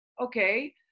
okay